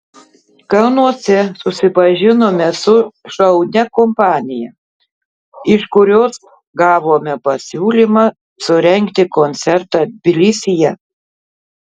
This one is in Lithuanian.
kalnuose susipažinome su šaunia kompanija iš kurios gavome pasiūlymą surengti koncertą tbilisyje